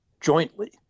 jointly